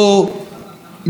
הישראלים הם משפחה,